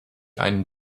einen